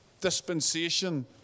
dispensation